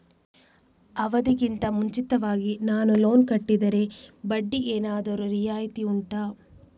ಅವಧಿ ಗಿಂತ ಮುಂಚಿತವಾಗಿ ನಾನು ಲೋನ್ ಕಟ್ಟಿದರೆ ಬಡ್ಡಿ ಏನಾದರೂ ರಿಯಾಯಿತಿ ಉಂಟಾ